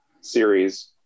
series